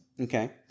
okay